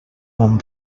món